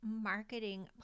marketing